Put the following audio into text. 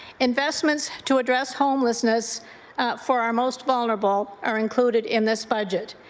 investments to address homelessness for our most vulnerable are included in this budget.